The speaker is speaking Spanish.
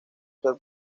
ser